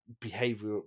behavior